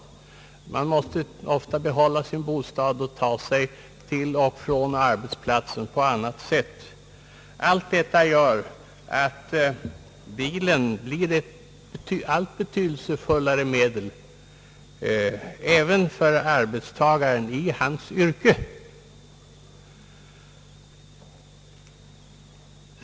Människor måste ofta behålla sin bostad och ta sig till och från den avlägsna arbetsplatsen på lämpligt sätt. Detta gör att bilen blir ett allt betydelsefullare kommunikationsmedel för arbetstagaren även i hans yrke.